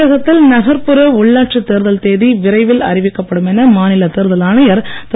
தமிழகத்தில் நகர்புற உள்ளாட்சித் தேர்தல் தேதி விரைவில் அறிவிக்கப்படும் என மாநில தேர்தல் ஆணையர் திரு